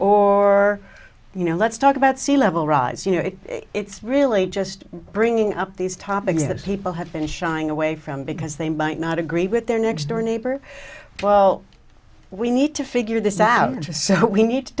or you know let's talk about sea level rise you know it's really just bringing up these topics that people have been shying away from because they might not agree with their next door neighbor well we need to figure this out just so we need to